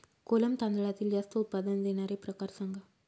कोलम तांदळातील जास्त उत्पादन देणारे प्रकार सांगा